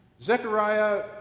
Zechariah